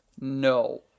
No